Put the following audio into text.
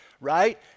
right